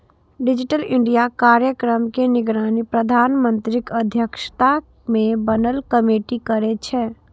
digital India कार्यक्रम के निगरानी प्रधानमंत्रीक अध्यक्षता मे बनल कमेटी करै छै